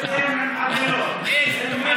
זה מה